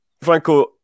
Franco